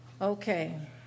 Okay